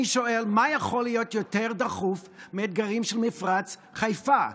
אני שואל מה יכול להיות יותר דחוף מהאתגרים של מפרץ חיפה,